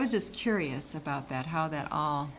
was just curious about that how that